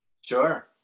Sure